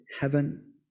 heaven